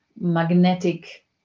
magnetic